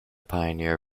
pioneer